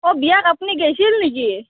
অঁ বিয়াত আপুনি গেইছিল নেকি